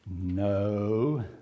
No